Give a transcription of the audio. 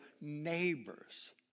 neighbors